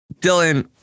Dylan